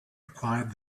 required